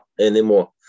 anymore